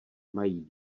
mají